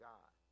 God